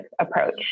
approach